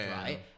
right